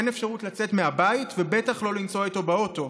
אין אפשרות לצאת מהבית ובטח לא לנסוע איתו באוטו.